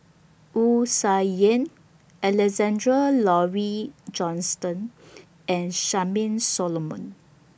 Wu Tsai Yen Alexander Laurie Johnston and Charmaine Solomon